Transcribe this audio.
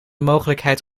mogelijkheid